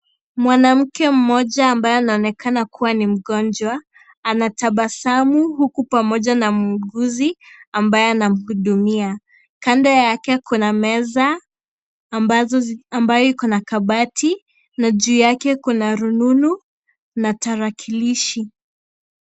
Mwanamke mmoja ambaye anaonekana kuwa ni mgonjwa, anatabasamu huku pamoja na muuguzi ambaye anamhudumia. Kando yake kuna meza ambayo iko na kabati, juu yake kuna rununu na tarakilishi.